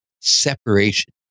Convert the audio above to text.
separation